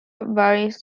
varies